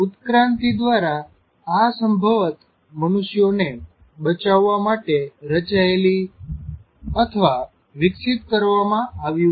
ઉત્ક્રાંતિ દ્વારા આ સંભવત મનુષ્યોને બચાવવા માટે રચાયેલ અથવા વિકસીત કરવામાં આવ્યું છે